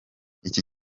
iki